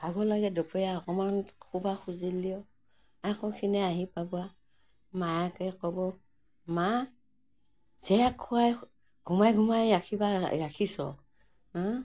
ভাগৰ লাগে দুপৰীয়া অকমান শুবা খুজিলিও আকৌ সেখিনি আহি পাব আৰু মায়েকে ক'ব মা জীয়েক খোৱাই ঘোমাই ঘোমাই ৰাখিবা ৰাখিছ